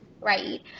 right